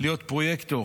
להיות פרויקטור